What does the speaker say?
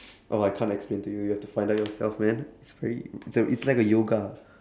oh I can't explain to you you have to find out yourself man it's very important it's like a yoga